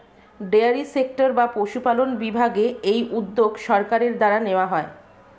dairy sector বা পশুপালন বিভাগে এই উদ্যোগ সরকারের দ্বারা নেওয়া হয়